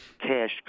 cash